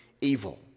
evil